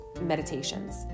meditations